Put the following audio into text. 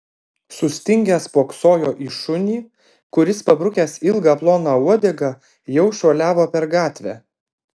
sustingęs spoksojo į šunį kuris pabrukęs ilgą ploną uodegą jau šuoliavo per gatvę